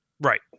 Right